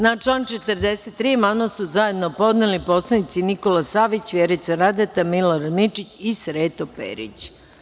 Na član 43. amandman su zajedno podneli narodni poslanici Nikola Savić, Vjerica Radeta, Milorad Mirčić i Sreto Perić.